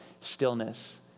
stillness